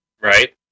Right